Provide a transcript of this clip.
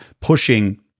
pushing